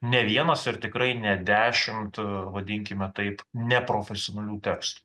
ne vienos ir tikrai ne dešimt vadinkime taip neprofesionalių tekstų